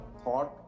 thought